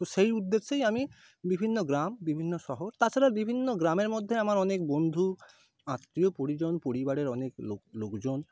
তো সেই উদ্দেশ্যেই আমি বিভিন্ন গ্রাম বিভিন্ন শহর তাছাড়া বিভিন্ন গ্রামের মধ্যে আমার অনেক বন্ধু আত্মীয় পরিজন পরিবারের অনেক লোক লোকজন